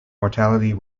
mortality